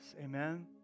Amen